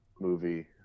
movie